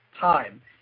time